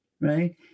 right